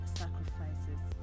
sacrifices